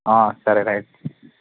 సరే రైట్